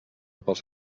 pels